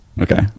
Okay